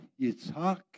Yitzhak